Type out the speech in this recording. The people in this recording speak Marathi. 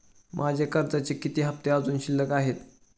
माझे कर्जाचे किती हफ्ते अजुन शिल्लक आहेत?